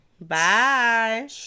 Bye